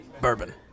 bourbon